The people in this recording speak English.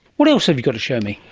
what else have you got to show me?